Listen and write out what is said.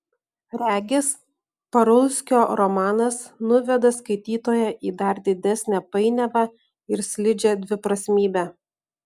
regis parulskio romanas nuveda skaitytoją į dar didesnę painiavą ir slidžią dviprasmybę